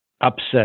Upset